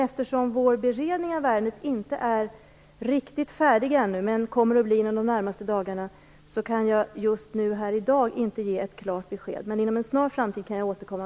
Eftersom vår beredning av ärendet inte är riktigt färdig ännu men kommer att bli det inom de närmaste dagarna, kan jag just nu inte ge ett klart besked. Men inom en snar framtid kan jag återkomma.